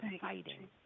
fighting